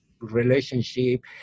relationship